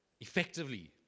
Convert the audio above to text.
effectively